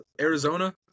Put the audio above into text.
Arizona